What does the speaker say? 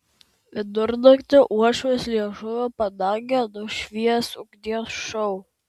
vidurnaktį uošvės liežuvio padangę nušvies ugnies šou